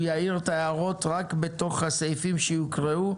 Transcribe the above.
הוא יעיר את ההערות רק בתוך הסעיפים שיוקראו.